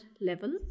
level